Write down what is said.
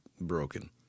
broken